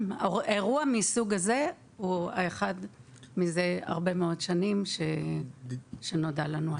אירוע מסוג זה הוא אחד מזה הרבה שנים שנודע לנו עליו.